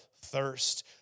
thirst